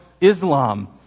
Islam